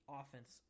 offense